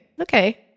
Okay